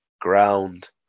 ground